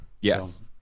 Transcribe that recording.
yes